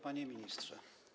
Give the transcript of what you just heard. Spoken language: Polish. Panie Ministrze!